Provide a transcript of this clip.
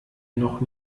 noch